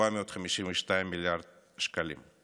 452 מיליארד שקלים.